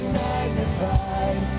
magnified